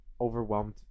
overwhelmed